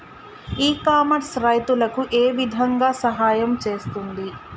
ఇ commerce రైతులకు ఏ విధంగా సహాయం చేస్తుంది?